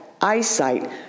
eyesight